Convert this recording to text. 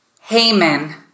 Haman